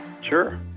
Sure